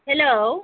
hello